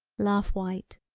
laugh white.